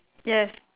yes